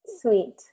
Sweet